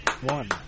one